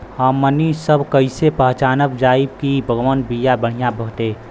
हमनी सभ कईसे पहचानब जाइब की कवन बिया बढ़ियां बाटे?